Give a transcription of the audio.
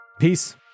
Peace